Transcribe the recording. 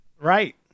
Right